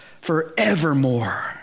forevermore